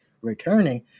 returning